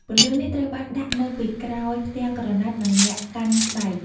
ពន្លឺនេះត្រូវបានដាក់នៅពីក្រោយផ្ទាំងក្រណាត់ និងអ្នកកាន់ស្បែក។